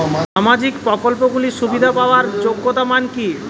সামাজিক প্রকল্পগুলি সুবিধা পাওয়ার যোগ্যতা মান কি?